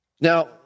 Now